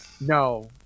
No